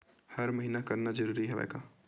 हर महीना करना जरूरी हवय का?